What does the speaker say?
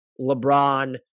LeBron